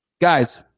Guys